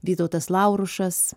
vytautas laurušas